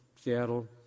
Seattle